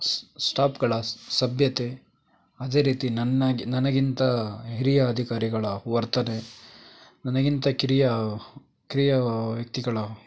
ಸ್ ಸ್ಟಾಪ್ಗಳ ಸಭ್ಯತೆ ಅದೇ ರೀತಿ ನನ್ನ ನನಗಿಂತ ಹಿರಿಯ ಅಧಿಕಾರಿಗಳ ವರ್ತನೆ ನನಗಿಂತ ಕಿರಿಯ ಕಿರಿಯ ವ್ಯಕ್ತಿಗಳ